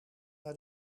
naar